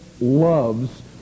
loves